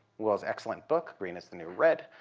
will's excellent book, green is the new red,